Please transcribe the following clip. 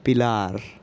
पिलार